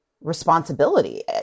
responsibility